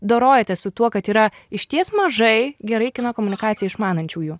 dorojatės su tuo kad yra išties mažai gerai kino komunikaciją išmanančiųjų